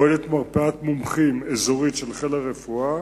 פועלת מרפאת מומחים אזורית של חיל הרפואה,